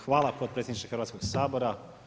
Hvala potpredsjedniče Hrvatskog sabora.